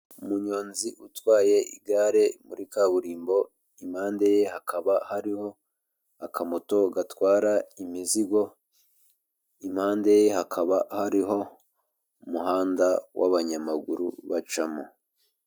Umunyonzi utwaye igare muri kaburimbo, impande ye hakaba hariho akamoto gatwara imizigo, impande ye hakaba hariho umuhanda w'abanyamaguru bacamo.